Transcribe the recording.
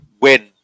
win